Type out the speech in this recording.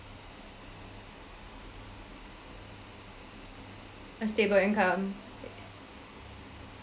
a stable income